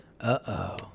Uh-oh